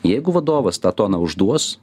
jeigu vadovas tą toną užduos